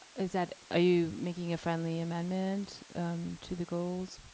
is that, are you making a friendly amendment to the goals?